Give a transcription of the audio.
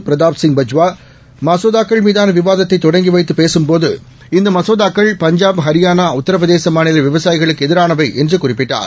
பிரதாப்சிங்பஜ்வா மசோதாக்கள்மீதானவிவாதத்தைதொடங்கிவைத்துபேசும் இந்தமசோதாக்கள்பஞ்சாப் ஹரியானா போது உத்தரப்பிரதேசமாநிலவிவசாயிகளுக்குஎதிரானவைஎன்றுகு றிப்பிட்டார்